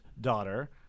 daughter